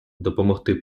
допомогти